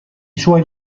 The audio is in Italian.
suoi